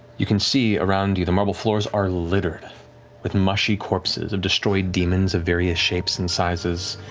you can see around you, the marble floors are littered with mushy corpses of destroyed demons of various shapes and sizes.